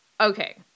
Okay